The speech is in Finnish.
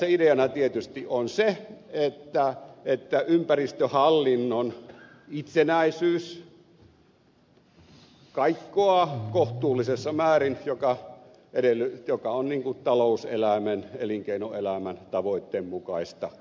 ideana tässä tietysti on se että ympäristöhallinnon itsenäisyys kaikkoaa kohtuullisessa määrin mikä on talouselämän elinkeinoelämän tavoitteen mukaista käyttäytymistä